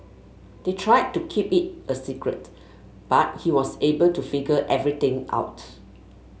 they tried to keep it a secret but he was able to figure everything out